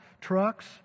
trucks